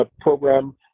program